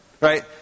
right